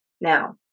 Now